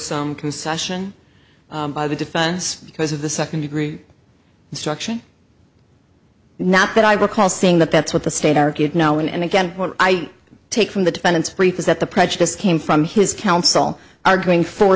some concession by the defense because of the second degree instruction not that i recall saying that that's what the state argued now and again what i take from the defendant's brief is that the prejudice came from his counsel are going for